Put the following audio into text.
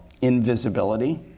invisibility